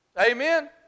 Amen